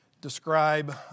describe